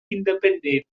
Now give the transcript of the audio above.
independent